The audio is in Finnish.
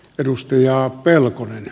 edustajaa pelkonen